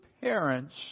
parents